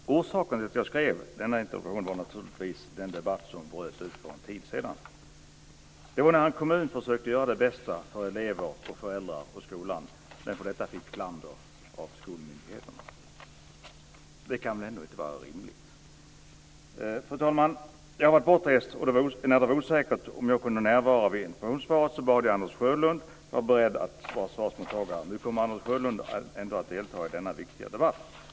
Fru talman! Orsaken till att jag skrev denna interpellation var naturligtvis den debatt som bröt ut för en tid sedan. Det skedde när en kommun försökte göra det bästa för elever, för föräldrar och för skolan men för detta fick klander av skolmyndigheterna. Det kan väl ändå inte vara rimligt? Fru talman! Jag har varit bortrest, och det var osäkert om jag skulle kunna närvara vid denna interpellationsdebatt. Jag bad därför Anders Sjölund att vara beredd att ta emot svaret. Nu kommer Anders Sjölund ändå att delta i denna viktiga debatt.